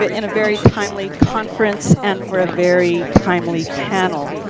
ah in a very timely conference and for a very timely panel.